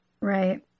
Right